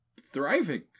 thriving